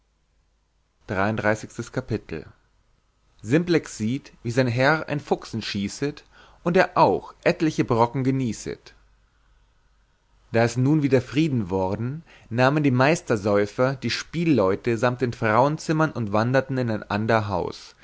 simplex sieht wie sein herr ein fuchsen schießet und er auch etliche brocken genießet da es nun wieder friede worden nahmen die meistersäufer die spielleute samt dem frauenzimmer und wanderten in ein ander haus